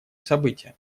события